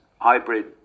hybrid